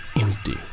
empty